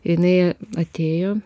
jinai atėjo